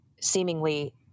seemingly